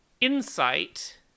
insight